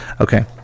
okay